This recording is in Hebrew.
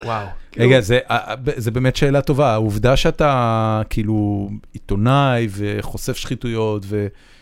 וואו. רגע, זה באמת שאלה טובה, העובדה שאתה כאילו עיתונאי וחושף שחיתויות ו...